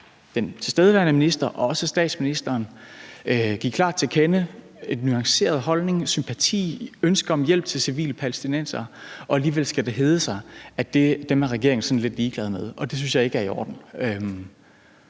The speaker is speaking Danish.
den tilstedeværende minister og også statsministeren klart tilkendegive en nuanceret holdning, sympati, ønske om hjælp til civile palæstinensere. Alligevel skal det hedde sig, at dem er regeringen sådan lidt ligeglade med. Og det synes jeg ikke er i orden.